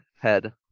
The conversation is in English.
head